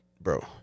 bro